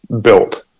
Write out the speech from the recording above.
built